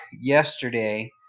yesterday